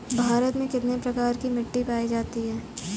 भारत में कितने प्रकार की मिट्टी पायी जाती है?